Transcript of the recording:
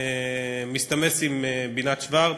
מסתמס עם בינת שוורץ,